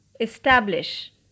establish